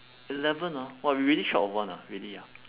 eleven ah !wah! we really short of one ah really ah